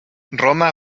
roma